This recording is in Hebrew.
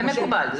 זה מקובל.